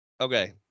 Okay